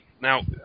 now